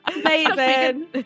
Amazing